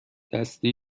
دستی